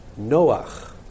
Noach